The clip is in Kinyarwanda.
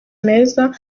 meza